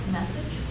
message